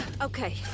Okay